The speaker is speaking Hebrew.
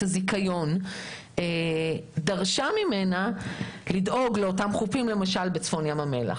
הזיכיון דרשה ממנה לדאוג לחופים בצפון ים המלח.